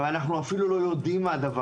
ואנחנו אפילו לא יודעים מזה.